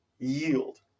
Yield